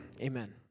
amen